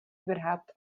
überhaupt